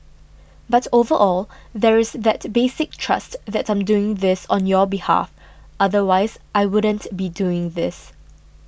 but overall there is that basic trust that I'm doing this on your behalf otherwise I wouldn't be doing this